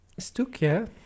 Stukje